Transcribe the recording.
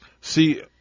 See